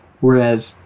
Whereas